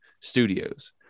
studios